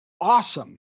awesome